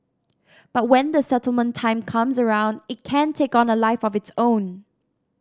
but when the settlement time comes around it can take on a life of its own